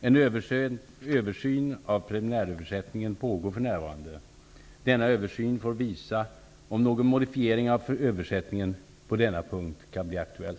En översyn av preliminäröversättningen pågår för närvarande. Denna översyn får visa om någon modifiering av översättningen på denna punkt kan bli aktuell.